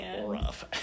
rough